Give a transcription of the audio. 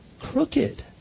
Crooked